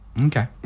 Okay